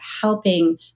helping